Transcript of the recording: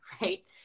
right